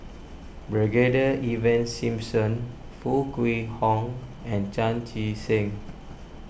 Brigadier Ivan Simson Foo Kwee Horng and Chan Chee Seng